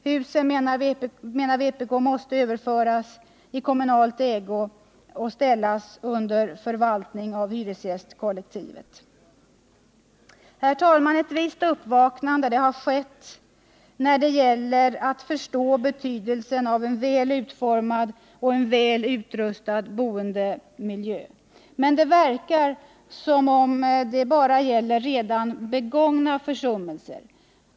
Husen måste överföras i kommunal ägo och ställas under förvaltning av hyresgästkollektivet. Ett visst uppvaknande har skett när det gäller att förstå betydelsen av en väl utformad och utrustad boendemiljö. Men det verkar som om det bara gäller redan begångna försummelser.